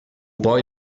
poi